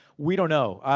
we don't know.